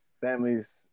Families